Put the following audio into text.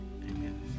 Amen